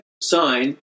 sign